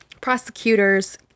prosecutors